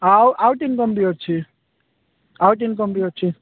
ଆଉ out income ବି ଅଛି ଆଉଟ୍ ଇନକମ୍ ବି ଅଛି